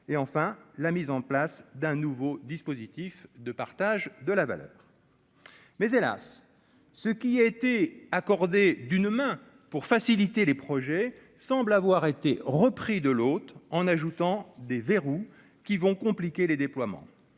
et enfin la mise en place d'un nouveau dispositif de partage de la valeur, mais hélas ce qui a été accordé d'une main pour faciliter les projets semblent avoir été repris de l'autre, en ajoutant des verrous qui vont compliquer les déploiements